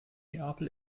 neapel